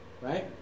right